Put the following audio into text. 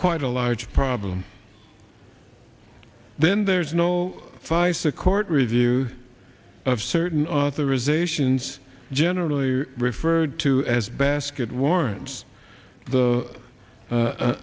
quite a large problem then there's no fice a court review of certain authorisations generally referred to as basket warrants the